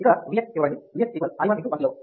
ఇక్కడ Vx ఇవ్వబడింది Vx i 1 × 1 kilo Ω